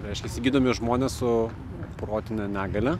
reiškiasi gydomi žmonės su protine negalia